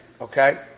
okay